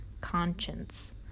conscience